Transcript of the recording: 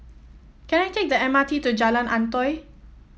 can I take the M R T to Jalan Antoi